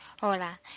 Hola